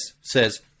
says